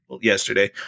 yesterday